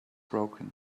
broken